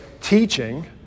teaching